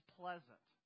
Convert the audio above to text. pleasant